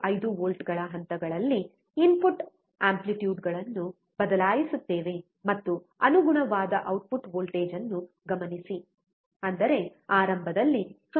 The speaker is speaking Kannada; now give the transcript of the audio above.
5 ವೋಲ್ಟ್ಗಳ ಹಂತಗಳಲ್ಲಿ ಇನ್ಪುಟ್ ಆಂಪ್ಲಿಟ್ಯೂಡ್ಗಳನ್ನು ಬದಲಾಯಿಸುತ್ತೇವೆ ಮತ್ತು ಅನುಗುಣವಾದ ಔಟ್ಪುಟ್ ವೋಲ್ಟೇಜ್ ಅನ್ನು ಗಮನಿಸಿ ಅಂದರೆ ಆರಂಭದಲ್ಲಿ 0